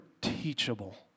teachable